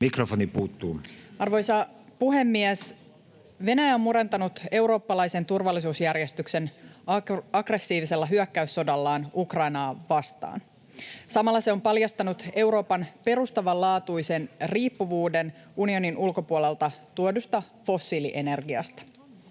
Marin. Arvoisa puhemies! Venäjä on murentanut eurooppalaisen turvallisuusjärjestyksen aggressiivisella hyökkäyssodallaan Ukrainaa vastaan. Samalla se on paljastanut Euroopan perustavanlaatuisen riippuvuuden unionin ulkopuolelta tuodusta fossiilienergiasta.